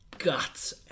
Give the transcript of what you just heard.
Guts